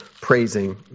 praising